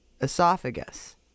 esophagus